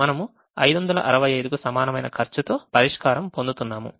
మనము 565 కు సమానమైన ఖర్చుతో పరిష్కారం పొందుతున్నాము